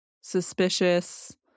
suspicious